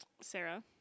Sarah